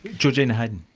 georgina heydon.